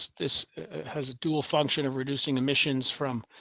this has a dual function of reducing emissions from,